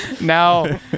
Now